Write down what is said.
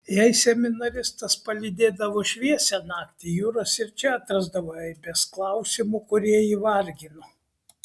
jei seminaristas palydėdavo šviesią naktį juras ir čia atrasdavo eibes klausimų kurie jį vargino